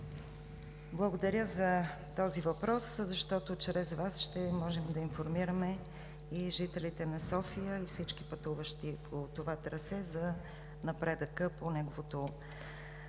Благодаря за този въпрос, защото чрез Вас ще можем да информираме и жителите на София, и всички пътуващи по това трасе за напредъка по неговото